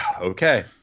Okay